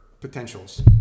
potentials